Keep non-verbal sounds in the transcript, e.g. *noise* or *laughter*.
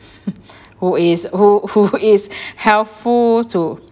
*laughs* who is who who is helpful too